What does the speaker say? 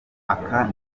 aka